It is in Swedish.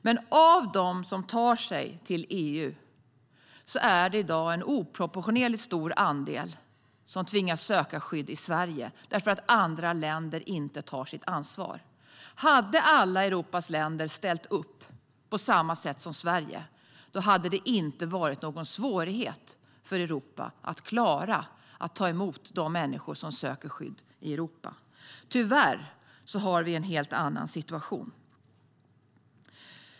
Men av dem som tar sig till EU är det i dag en oproportionerligt stor andel som tvingas att söka skydd i Sverige därför att andra länder inte tar sitt ansvar. Hade alla Europas länder ställt upp på samma sätt som Sverige, då hade det inte varit någon svårighet att klara att ta emot de människor som söker skydd i Europa. Tyvärr har vi en helt annan situation.